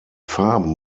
farben